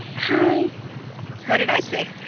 hi what did i say?